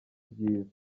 byiza